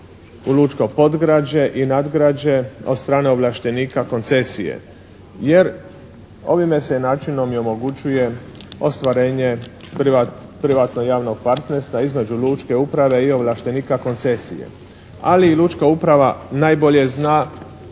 u lučko podgrađe i nadgrađe od strane ovlaštenika koncesije. Jer ovime se načinom i omogućuje ostvarenje privatno-javnog partnerstva između lučke uprave i ovlaštenika koncesije. Ali i lučka uprava najbolje zna,